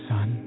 Son